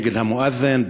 נגד המואד'ין,